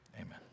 Amen